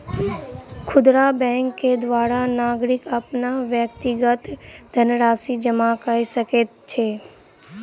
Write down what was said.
खुदरा बैंक के द्वारा नागरिक अपन व्यक्तिगत धनराशि जमा कय सकै छै